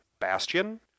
Bastion